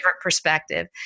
perspective